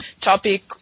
topic